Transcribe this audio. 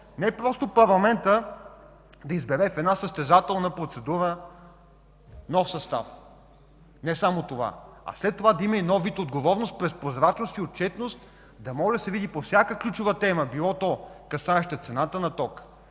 Не просто парламентът да избере в състезателна процедура нов състав – не само това, а след това да има и нов вид отговорност през прозрачност и отчетност. Да може да се види по всяка ключова тема, касаеща примерно цената на тока